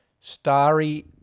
Starry